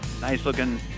nice-looking